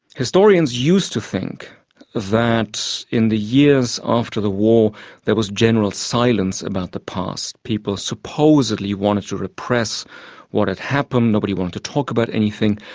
historians used to think that in the years after the war there was a general silence about the past. people supposedly wanted to repress what had happened, nobody wanted to talk about anything.